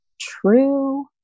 true